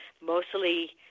mostly